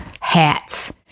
hats